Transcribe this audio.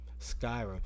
Skyrim